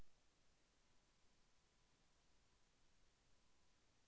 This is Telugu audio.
బ్యాంకు ఋణం ఎంత కాలానికి చెల్లింపాలి?